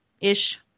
Ish